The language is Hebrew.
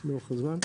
לאורך הזמן.